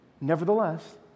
Nevertheless